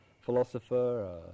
philosopher